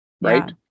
Right